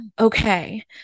okay